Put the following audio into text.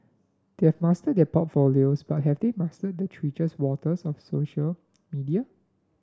they have mastered their portfolios but have they mastered the treacherous waters of social media